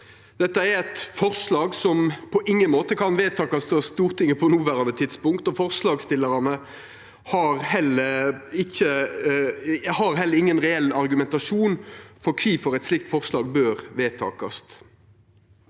Dette er eit forslag som på ingen måte kan vedtakast av Stortinget på noverande tidspunkt, og forslagsstillarane har heller ingen reell argumentasjon for kvifor eit slikt forslag bør vedtakast.